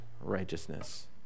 righteousness